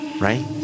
right